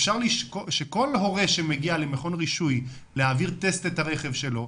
אפשר שכל הורה שמגיע למכון רישוי להעביר טסט את הרכב שלו,